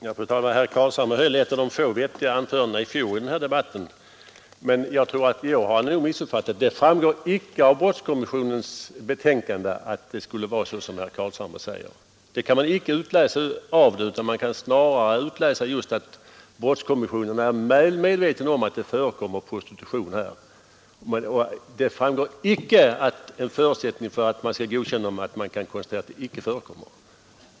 Fru talman! Herr Carlshamre höll ett av de få vettiga anförandena i den debatt vi hade i fjol, men i år har han nog missuppfattat saken. Det framgår icke av brottskommissionens betänkande att det skulle vara så som herr Carlshamre säger. Man kan snarare utläsa att brottskommissionen är väl medveten om att prostitution förekommer i dessa klubbar. Det framgår inte att en förutsättning för att verksamheten skall kunna godkännas är att det inte förekommer någon prostitution.